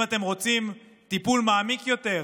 אם אתם רוצים טיפול מעמיק יותר,